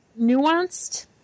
nuanced